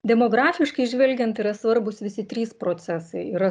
demografiškai žvelgiant yra svarbūs visi trys procesai yra